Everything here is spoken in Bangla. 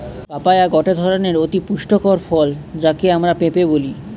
পাপায়া গটে অতি পুষ্টিকর ফল যাকে আমরা পেঁপে বলি